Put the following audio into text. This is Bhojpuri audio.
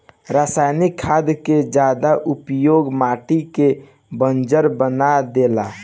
रासायनिक खाद के ज्यादा उपयोग मिट्टी के बंजर बना देला